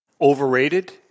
overrated